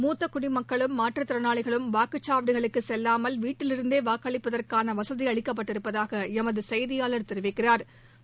மூத்த குடிமக்களும் மாற்றுத்திறனாளிகளும் வாக்குச் சாவடிகளுக்கு செல்வாமல் வீட்டிலிருந்தே வாக்களிப்பதற்கான வசதி அளிக்கப்பட்டிருப்பதாக எமது செய்தியாளா் தெரிவிக்கிறாா்